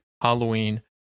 Halloween